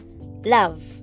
love